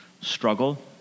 struggle